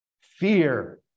Fear